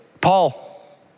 Paul